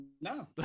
No